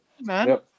Man